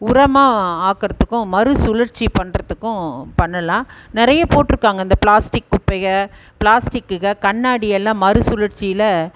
உரமாக ஆக்கிறதுக்கும் மறுசுழற்சி பண்ணுறதுக்கும் பண்ணலாம் நிறைய போட்டிருக்காங்க இந்த பிளாஸ்டிக் குப்பையை பிளாஸ்டிக்குகள் கண்ணாடி எல்லாம் மறுசுழற்சியில்